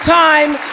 time